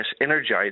energized